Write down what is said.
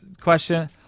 question